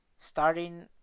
Starting